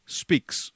speaks